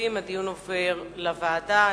הדיון עובר לוועדה.